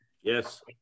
Yes